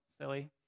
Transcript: silly